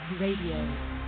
Radio